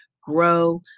grow